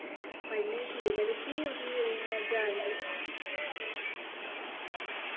पढ़ने ठीक ऐ ते केह् उ'दी इ'यां